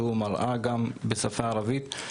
שהוא מראה גם בשפה הערבית.